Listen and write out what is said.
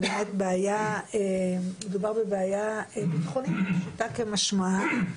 מדובר בבעיה ביטחונית, פשוטה כמשמעה,